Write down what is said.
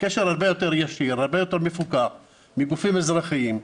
הרבה יותר מפוקח מגופים אזרחיים.